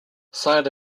side